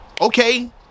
okay